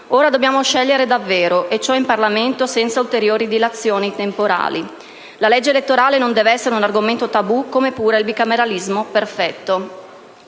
Ora dobbiamo scegliere davvero, e dobbiamo farlo in Parlamento senza ulteriori dilazioni temporali. La legge elettorale non deve essere un argomento tabù, come pure il bicameralismo perfetto.